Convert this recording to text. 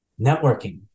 networking